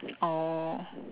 oh